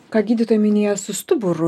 ką gydytojai minėjo su stuburu